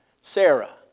Sarah